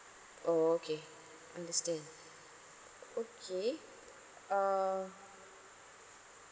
okay understand okay uh